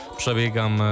przebiegam